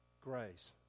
grace